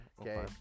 Okay